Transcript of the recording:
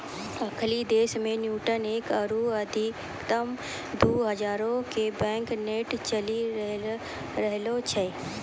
अखनि देशो मे न्यूनतम एक आरु अधिकतम दु हजारो के बैंक नोट चलि रहलो छै